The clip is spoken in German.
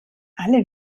alle